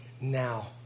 now